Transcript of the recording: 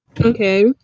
Okay